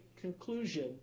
conclusion